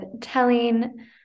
telling